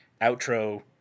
outro